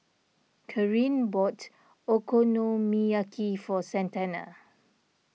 Kareen bought Okonomiyaki for Santana